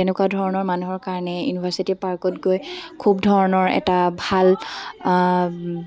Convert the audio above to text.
তেনেকুৱা ধৰণৰ মানুহৰ কাৰণে ইউনিভাৰ্চিটি পাৰ্কত গৈ খুব ধৰণৰ এটা ভাল